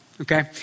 Okay